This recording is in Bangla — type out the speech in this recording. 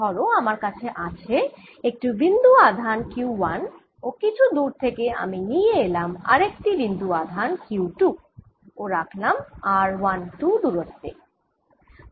ধরো আমার কাছে আছে একটি বিন্দু আধান Q1 ও কিছু দূর থেকে আমি নিয়ে এলাম আরেকটি বিন্দু আধান Q2 ও রাখলাম r12 দূরত্বে